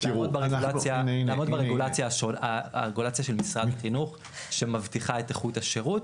לעמוד ברגולציה של משרד החינוך שמבטיחה את איכות השירות